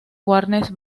warner